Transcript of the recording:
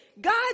God